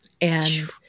and-